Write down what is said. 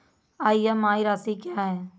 EMI राशि क्या है?